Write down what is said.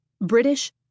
British